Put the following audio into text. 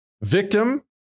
victim